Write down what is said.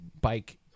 bike